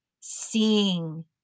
seeing